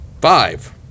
Five